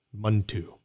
Muntu